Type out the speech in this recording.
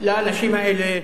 לאנשים האלה,